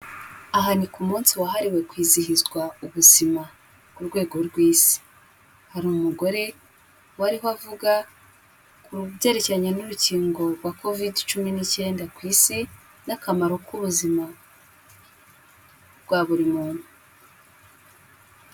Aha ni ku umunsi wahariwe kwizihizwa ubuzima ku rwego rw'isi, hari umugore wariho avuga ku byerekeranye n'urukingo rwa covide cumi n'icyenda ku isi n'akamaro k'ubuzima rwa buri muntu.